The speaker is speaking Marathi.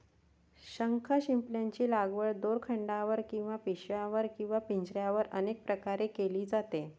शंखशिंपल्यांची लागवड दोरखंडावर किंवा पिशव्यांवर किंवा पिंजऱ्यांवर अनेक प्रकारे केली जाते